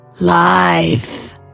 life